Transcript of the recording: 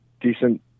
decent